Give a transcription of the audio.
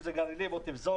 אם זה גרעינים או תפזורת,